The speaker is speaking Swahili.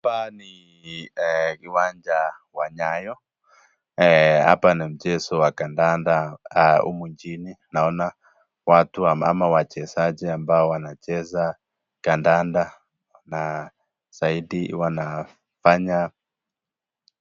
Hapa ni kiwanja wa Nyayo hapa ni mchezo wa kandanda humu nchini. Naona watu wamama, wachezaji ambao wanacheza kandanda na zaidi wanafanya.